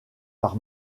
par